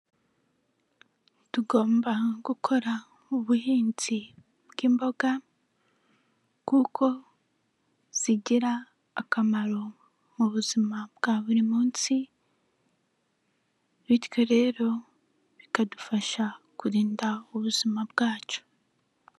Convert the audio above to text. Tugomba gukora ubuhinzi bw'imboga kuko zigira akamaro mu buzima bwa buri munsi bityo rero bikadufasha kurinda ubuzima bwacu.